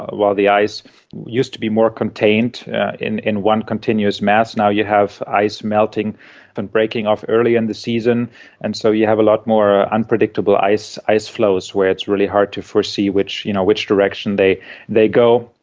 while the ice used to be more contained in in one continuous mass, now you have ice melting and breaking off early in and the season and so you have a lot more unpredictable ice ice floes, where it's really hard to see which you know which direction they they go.